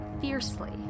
fiercely